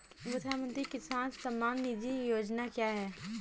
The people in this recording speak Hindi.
प्रधानमंत्री किसान सम्मान निधि योजना क्या है?